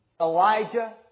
Elijah